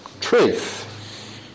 truth